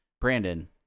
Brandon